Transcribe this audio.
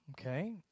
Okay